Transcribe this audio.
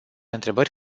întrebări